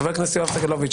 חבר הכנסת יואב סגלוביץ',